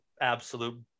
absolute